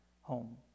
home